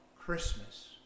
Christmas